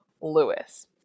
Lewis